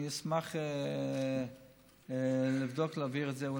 אני אשמח לבדוק, להעביר את זה.